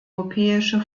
europäische